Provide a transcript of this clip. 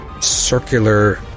circular